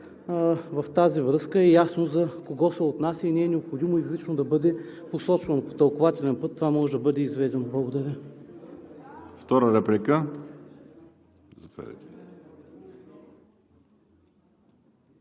В тази връзка е ясно за кого се отнася и не е необходимо изрично да бъде посочвано. По тълкувателен път това може да бъде изведено. Благодаря.